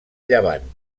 llevant